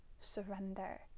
surrender